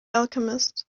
alchemist